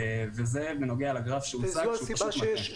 וזה בנוגע לגרף שהוצג שהוא פשוט מטעה.